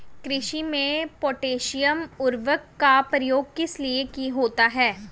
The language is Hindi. कृषि में पोटैशियम उर्वरक का प्रयोग किस लिए होता है?